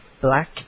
Black